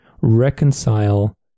reconcile